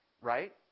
right